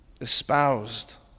espoused